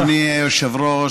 אדוני היושב-ראש,